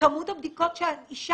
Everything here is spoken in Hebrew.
כמות הבדיקות שאישה